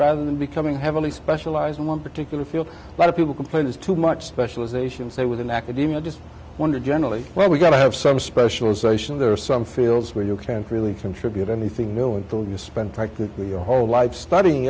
rather than becoming heavily specialized in one particular field a lot of people complain is too much specialization say within academia i just wonder generally where we're going to have some specialization there are some fields where you can't really contribute anything new until you spend practically your whole life studying